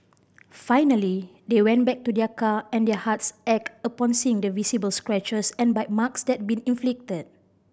finally they went back to their car and their hearts ached upon seeing the visible scratches and bite marks that had been inflicted